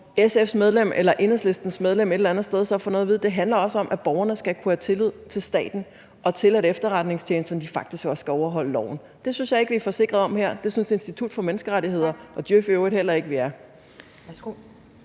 at vide. Det handler også om, at borgerne skal kunne have tillid til staten og til, at efterretningstjenesterne faktisk også skal overholde loven. Det synes jeg ikke vi er forsikret om her. Det synes Institut for Menneskerettigheder og djøf i øvrigt heller ikke vi er.